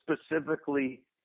specifically